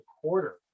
quarter